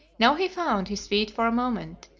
now he found his feet for a moment,